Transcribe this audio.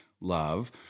love